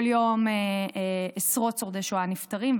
כל יום עשרות שורדי שואה נפטרים,